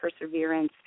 perseverance